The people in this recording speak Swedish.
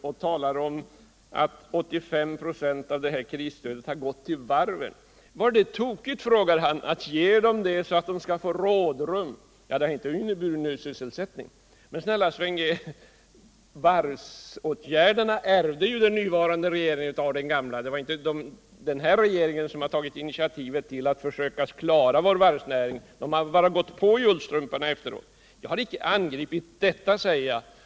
Han sade at 85 4 av krisstödet har gått till varven. Var det tokigt, frågade han. att ge dem det, så att de får rådrum? Ja, någon ny sysselsättning har det ju inte inneburit. Men, snälle Sven G.. varvsåtgärderna ärvde ju den nuvarande regeringen av den gamla. Det var alltså inte den här regeringen som tor initiativet till att försöka klara vår varvsnäring. Den nuvarande regeringen har bara gått på i ullstrumporna efteråt. Jag har icke angripit detta.